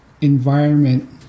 environment